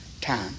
time